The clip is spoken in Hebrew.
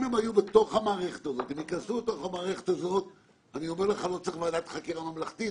אם היו נכנסים לתוך המערכת הזאת לא היה צריך ועדת חקירה ממלכתית.